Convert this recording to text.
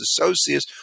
associates